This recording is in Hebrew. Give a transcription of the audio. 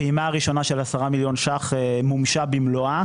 הפעימה הראשונה של 10 מיליון ₪ מומשה במלואה,